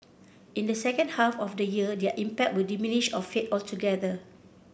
in the second half of the year their impact will diminish or fade altogether